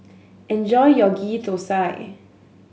enjoy your Ghee Thosai